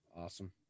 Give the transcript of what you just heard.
Awesome